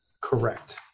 Correct